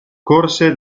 corse